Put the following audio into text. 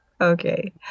Okay